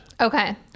Okay